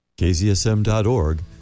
KZSM.org